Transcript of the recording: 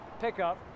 pickup